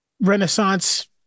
renaissance